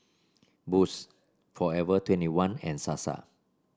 Boost Forever Twenty one and Sasa